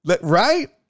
Right